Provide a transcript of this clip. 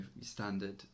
standard